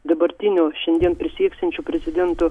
dabartinio šiandien prisieksiančio prezidento